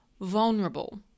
vulnerable